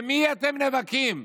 למי אתם נאבקים?